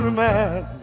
man